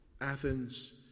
Athens